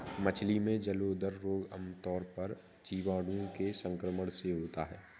मछली में जलोदर रोग आमतौर पर जीवाणुओं के संक्रमण से होता है